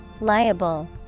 Liable